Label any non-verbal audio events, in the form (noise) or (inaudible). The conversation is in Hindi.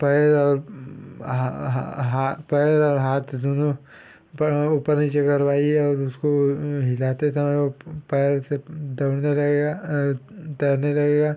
पैर और हा हा हाथ पैर और हाथ दोनों पर ऊपर नीचे करवाइए और उसको हिलाते समय पैर से (unintelligible) रहिएगा तैरने लगेगा